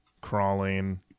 crawling